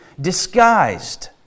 disguised